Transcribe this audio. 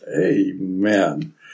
Amen